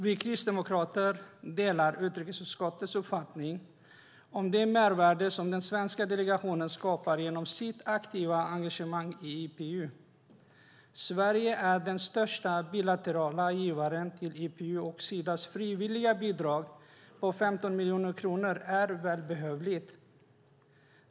Vi kristdemokrater delar utrikesutskottets uppfattning om det mervärde som den svenska delegationen skapar genom sitt aktiva engagemang i IPU. Sverige är den största bilaterala givaren till IPU, och Sidas frivilliga bidrag på 15 miljoner kronor är välbehövligt.